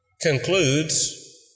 concludes